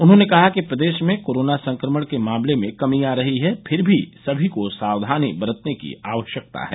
उन्होंने कहा कि प्रदेश में कोरोना संक्रमण के मामले में कमी आ रही है फिर भी सभी को सावधानी बरतने की आवश्यकता है